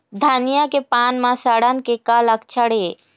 धनिया के पान म सड़न के का लक्षण ये?